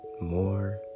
more